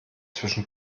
zwischen